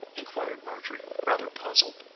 inquired marjorie, rather puzzled.